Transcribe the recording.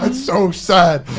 and so sad.